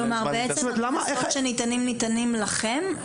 כלומר בעצם הקנסות שניתנים ניתנים לכן?